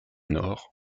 nord